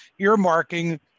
earmarking